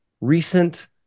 recent